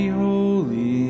holy